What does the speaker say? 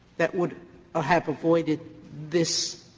that would ah have avoided this